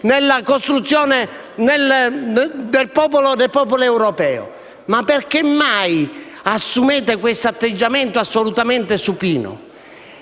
nella costruzione del popolo europeo? Perché mai assumete questo atteggiamento assolutamente supino?